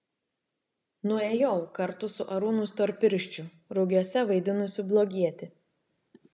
nuėjau kartu su arūnu storpirščiu rugiuose vaidinusiu blogietį